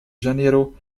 janeiro